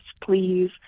please